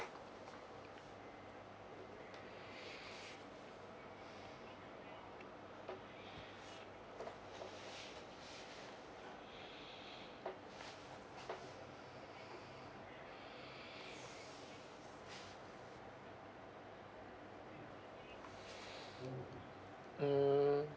mm